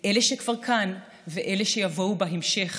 אלה שכבר כאן ואלה שיבואו בהמשך,